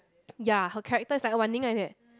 ya her character is like Wan-Ning like that